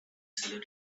seller